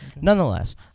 Nonetheless